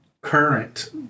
current